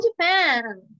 japan